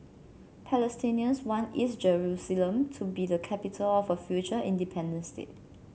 Palestinians want East Jerusalem to be the capital of a future independent state